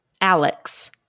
Alex